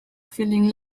feeling